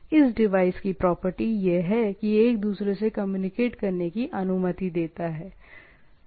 इस डिवाइस की प्रॉपर्टी यह है कि यह एक दूसरे से कम्युनिकेट करने की अनुमति देता है